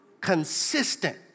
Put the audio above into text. consistent